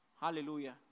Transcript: Hallelujah